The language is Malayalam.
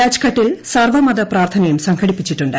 രാജ്ഘട്ടിൽ സർവ്വമതപ്രാർത്ഥനയും സംഘടിപ്പിച്ചിട്ടുണ്ട്